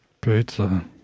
Pizza